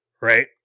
Right